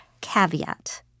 Caveat